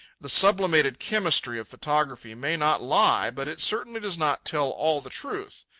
the sublimated chemistry of photography may not lie, but it certainly does not tell all the truth.